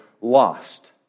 lost